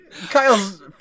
Kyle's